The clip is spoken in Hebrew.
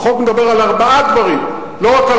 החוק מדבר על ארבעה דברים, לא רק על